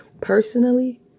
Personally